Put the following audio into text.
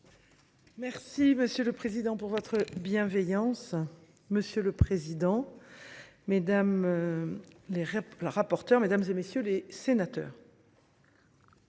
Merci Monsieur le Président pour votre bienveillance. Monsieur le président. Mesdames. Les le rapporteur mesdames et messieurs les sénateurs.